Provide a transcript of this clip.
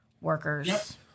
workers